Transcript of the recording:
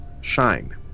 shine